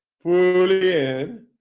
fully in